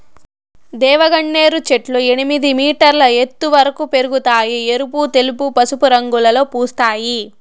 దేవగన్నేరు చెట్లు ఎనిమిది మీటర్ల ఎత్తు వరకు పెరగుతాయి, ఎరుపు, తెలుపు, పసుపు రంగులలో పూస్తాయి